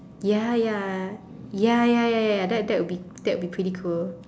ya ya ya ya ya ya ya that that that would be that would be pretty cool